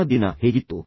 ನಿನ್ನೆಯ ದಿನ ಹೇಗಿತ್ತು